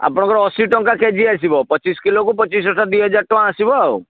ଆପଣଙ୍କର ଅଶୀ ଟଙ୍କା କେଜି ଆସିବ ପଚିଶ କିଲୋକୁ ପଚିଶ ଦୁଇ ହଜାର ଟଙ୍କା ଆସିବ ଆଉ